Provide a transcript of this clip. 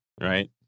right